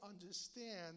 understand